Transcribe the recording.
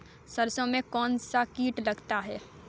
सरसों में कौनसा कीट लगता है?